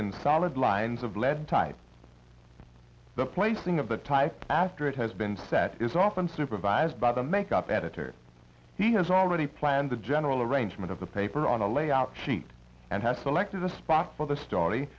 in solid lines of lead type the placing of the type after it has been said is often supervised by the make up editor he has already planned the general arrangement of the paper on a layout sheet and has selected a spot for the story